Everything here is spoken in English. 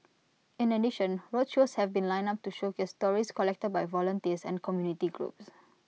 in addition roadshows have been lined up to showcase stories collected by volunteers and community groups